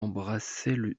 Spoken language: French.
embrassait